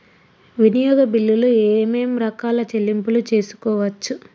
వినియోగ బిల్లులు ఏమేం రకాల చెల్లింపులు తీసుకోవచ్చు?